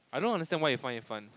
I don't understand why you find it fun